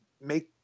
make